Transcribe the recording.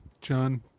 John